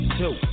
two